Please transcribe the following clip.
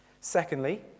Secondly